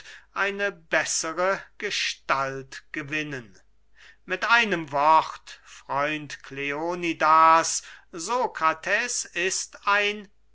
eine bessere gestalt gewinnen mit einem wort freund kleonidas sokrates ist ein